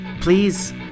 Please